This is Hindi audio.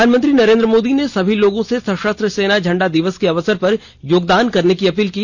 प्रधानमंत्री नरेंद्र मोदी ने सभी लोगों से सशस्त्र सेना झंडा दिवस के अवसर पर योगदान करने की अपील की